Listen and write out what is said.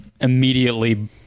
immediately